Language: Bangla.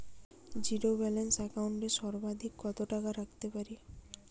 জীরো ব্যালান্স একাউন্ট এ সর্বাধিক কত টাকা রাখতে পারি?